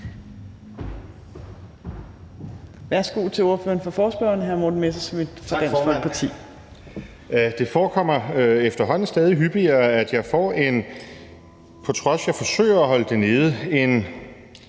Det forekommer efterhånden stadig hyppigere, at jeg får – på trods af at jeg forsøger at holde det nede –